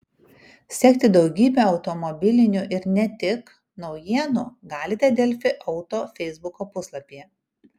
sekti daugybę automobilinių ir ne tik naujienų galite delfi auto feisbuko puslapyje